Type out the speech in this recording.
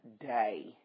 day